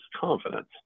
confidence